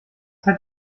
hat